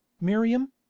Miriam